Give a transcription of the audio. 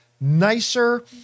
nicer